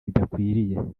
bidakwiriye